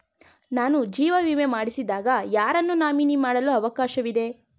ನಾನು ಜೀವ ವಿಮೆ ಮಾಡಿಸಿದಾಗ ಯಾರನ್ನು ನಾಮಿನಿ ಮಾಡಲು ಅವಕಾಶವಿದೆ?